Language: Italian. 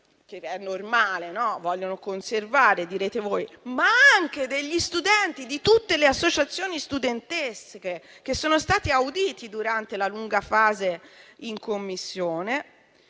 sono normali perché vogliono conservare - ma anche degli studenti di tutte le associazioni studentesche che sono stati auditi durante la lunga fase in Commissione,